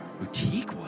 boutique